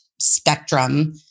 spectrum